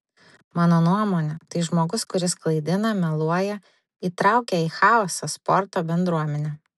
mano nuomone tai žmogus kuris klaidina meluoja įtraukia į chaosą sporto bendruomenę